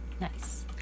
Nice